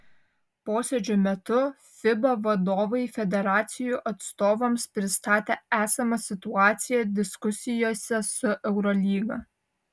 posėdžio metu fiba vadovai federacijų atstovams pristatė esamą situaciją diskusijose su eurolyga